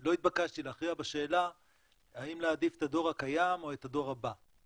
לא התבקשתי להכריע בשאלה האם להעדיף את הדור הקיים או את הדור הבא.